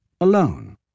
alone